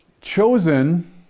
chosen